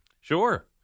sure